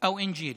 או (אומר בערבית ומתרגם:)